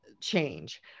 change